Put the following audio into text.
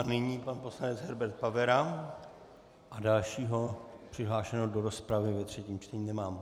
Nyní pan poslanec Herbert Pavera a dalšího přihlášeného do rozpravy ve třetím čtení nemám.